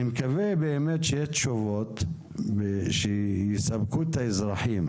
אני מקווה שיש תשובות שיספקו את האזרחים.